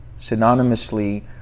synonymously